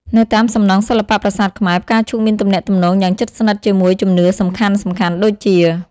នៅតាមសំណង់សិល្បៈប្រាសាទខ្មែរ ផ្កាឈូកមានទំនាក់ទំនងយ៉ាងជិតស្និទ្ធជាមួយជំនឿសំខាន់ៗដូចជា៖